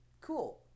cool